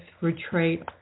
retreat